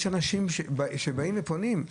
יש אנשים שבאים ופונים,